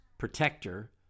protector